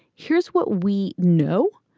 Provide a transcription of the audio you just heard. here's what we know.